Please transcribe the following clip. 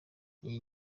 iyi